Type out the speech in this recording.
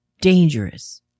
dangerous